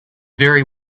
very